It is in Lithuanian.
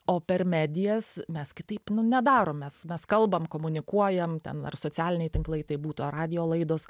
o per medijas mes kitaip nu nedarom mes mes kalbam komunikuojam ten ar socialiniai tinklai tai būtų radijo laidos